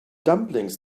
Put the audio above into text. dumplings